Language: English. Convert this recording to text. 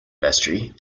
vestry